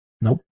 Nope